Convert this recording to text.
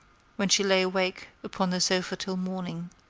when she lay awake upon the sofa till morning.